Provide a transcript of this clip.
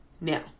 Now